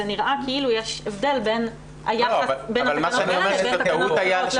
זה נראה כאילו יש הבדל בין התקנות האלה לתקנות אחרות.